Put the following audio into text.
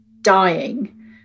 dying